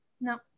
No